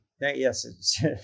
Yes